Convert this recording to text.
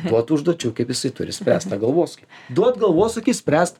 duot užduočių kaip jisai turi spręst tą galvosūkį duot galvosūkį spręst